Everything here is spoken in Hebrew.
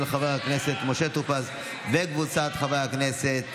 של חבר הכנסת משה טור פז וקבוצת חברי הכנסת,